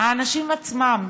האנשים עצמם,